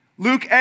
Luke